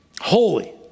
holy